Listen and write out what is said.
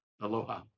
Aloha